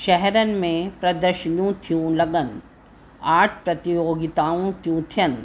शहरनि में प्रदर्शनियूं थियूं लॻनि आर्ट प्रतियोगिताऊं थियूं थियनि